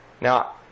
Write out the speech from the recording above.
Now